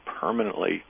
permanently